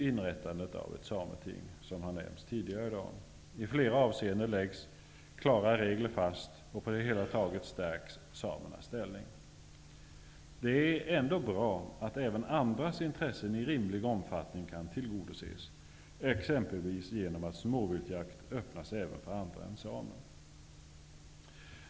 Inrättandet av ett sameting är av avgörande betydelse. I flera avseenden läggs klara regler fast. På det hela taget stärks samernas ställning. Det är ändå bra att även andra intressen i rimlig omfattning kan tillgodoses, exempelvis genom att möjlighet till småviltjakt även erbjuds andra än samer.